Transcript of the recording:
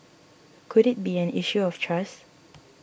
could it be an issue of trust